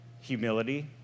humility